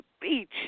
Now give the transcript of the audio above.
Beach